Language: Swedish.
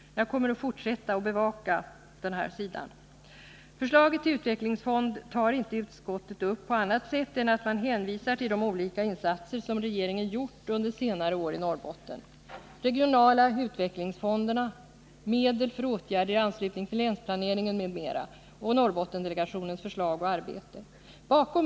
Jag kommer att fortsätta att bevaka den sidan. När det gäller förslaget till utvecklingsfond hänvisar utskottet endast till de olika insatser som regeringen har gjort under senare år i Norrbotten. Det gäller då de regionala utvecklingsfonderna, medel för åtgärder i anslutning till länsplaneringen m.m. samt Norrbottendelegationens förslag och arbete.